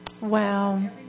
Wow